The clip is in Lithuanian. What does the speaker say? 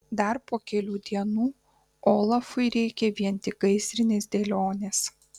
dar po kelių dienų olafui reikia vien tik gaisrinės dėlionės